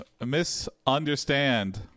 misunderstand